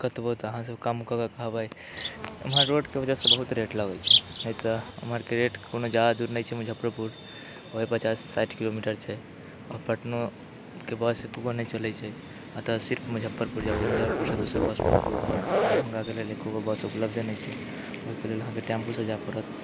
कतबो तऽ अहाँसभ कम कऽ के कहबै एम्हर रोडके वजहसँ बहुत रेट लगैत छै नहि तऽ एम्हरके रेट कोनो ज्यादा दूर नहि छै मुजफ्फरोपुर ओ पचास साठि किलोमीटर छै आओर पटनोके बस एको गो नहि चलैत छै एतयसँ सिर्फ मुजफ्फरपुर जाउ मुजफ्फरपुरसँ दोसर बस पकड़ू आओर दरभङ्गाके लेल एकोगो बस उपलब्ध नहि छै ओहिके लेल अहाँके टेम्पूसँ जाय पड़त